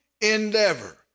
endeavor